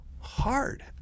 hard